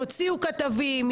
הוציאו כתבים,